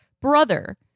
brother